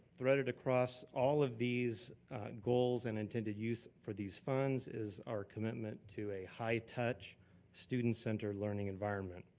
threaded across all of these goals and intended use for these funds is our commitment to a high touch student center learning environment.